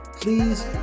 Please